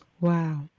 Wow